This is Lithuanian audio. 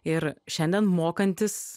ir šiandien mokantis